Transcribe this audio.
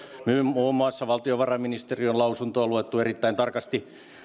muun muassa valtiovarainministeriön lausunto on luettu erittäin tarkasti